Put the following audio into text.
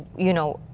you know,